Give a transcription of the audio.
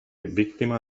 víctima